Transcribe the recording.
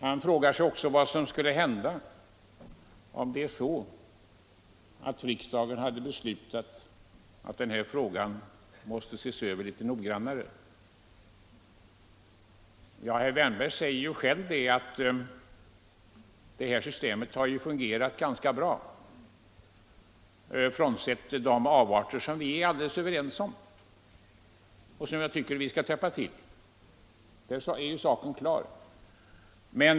Han frågade också vad som skulle hända om riksdagen beslöt att lagen måste ses över litet grundligare. Men herr Wärnberg förklarade själv att det system vi hittills haft har fungerat ganska bra, frånsett de avarter som vi är överens om har förekommit och som jag tycker att vi skall sätta stopp för.